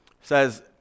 says